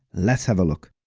let's have a look!